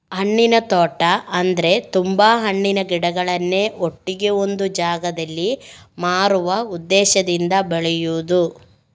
ಹಣ್ಣಿನ ತೋಟ ಅಂದ್ರೆ ತುಂಬಾ ಹಣ್ಣಿನ ಗಿಡಗಳನ್ನ ಒಟ್ಟಿಗೆ ಒಂದು ಜಾಗದಲ್ಲಿ ಮಾರುವ ಉದ್ದೇಶದಿಂದ ಬೆಳೆಯುದು